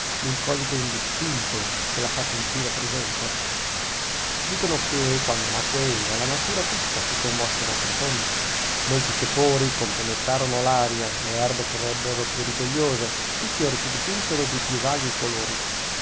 l'incognito indistinto che la fa sentire presente dicono che quando nacque eva la natura tutta si commosse dal profondo molli tepori compenetrarono l'aria le erbe crebbero più rigogliose i fiori si dipinsero di più vaghi colori